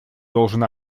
должен